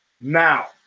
Now